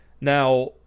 Now